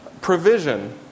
provision